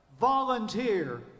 volunteer